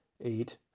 eight